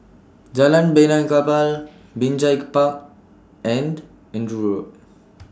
Jalan Benaan Kapal Binjai Park and Andrew Road